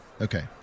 Okay